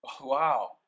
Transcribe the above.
Wow